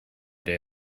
day